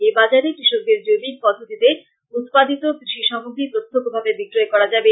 এই বাজারে কৃষকদের জৈবিক পদ্ধতিতে উৎপাদিত কৃষি সামগ্রী প্রত্যক্ষভাবে বিক্রয় করা যাবে